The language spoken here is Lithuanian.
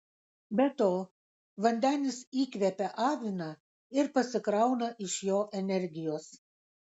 be to vandenis įkvepią aviną ir pasikrauna iš jo energijos